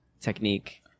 technique